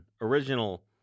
original